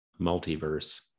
Multiverse